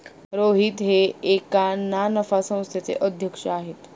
रोहित हे एका ना नफा संस्थेचे अध्यक्ष आहेत